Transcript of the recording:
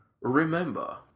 remember